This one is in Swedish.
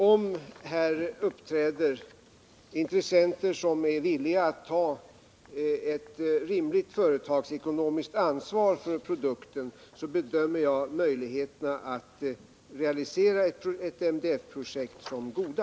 Om det uppträder intressenter som är villiga att ta ett rimligt företagsekonomiskt ansvar för produkten, bedömer jag möjligheterna att realisera ett MDF projekt som goda.